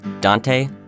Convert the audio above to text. Dante